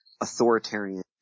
authoritarian